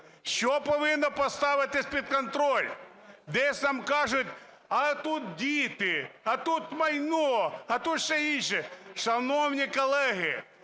що повинно поставиться під контроль. Десь нам кажуть: а тут діти, а тут майно, а тут що інше. Шановні колеги,